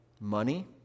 money